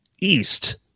east